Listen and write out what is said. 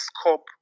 scope